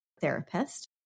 therapist